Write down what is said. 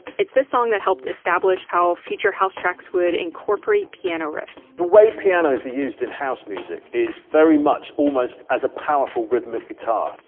it's this song that helped establish how future house tracks would incorporate piano riffs. the way pianos are used in house music is very much almost as a powerful rhythmic guitar.